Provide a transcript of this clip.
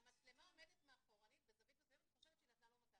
המצלמה מוצבת בזווית מסוימת מאחור ונראה שהיא נתנה לו מכה.